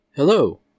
Hello